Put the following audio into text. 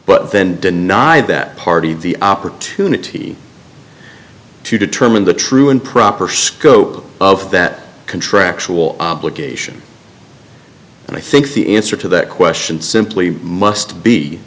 but then deny that party the opportunity to determine the true and proper scope of that contractual obligation and i think the answer to that question simply must be